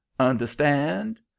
Understand